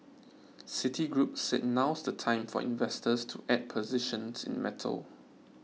citigroup said now's the time for investors to add positions in metals